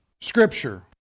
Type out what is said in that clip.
Scripture